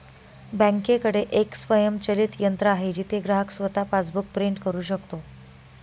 बँकेकडे एक स्वयंचलित यंत्र आहे जिथे ग्राहक स्वतः पासबुक प्रिंट करू शकतो